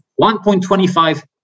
$1.25